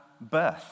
birth